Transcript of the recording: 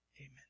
amen